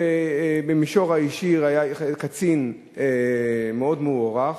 ובמישור האישי היה קצין מאוד מוערך,